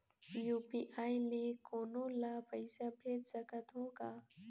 UPI ले कोनो ला पइसा भेज सकत हों का?